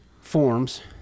forms